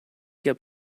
kept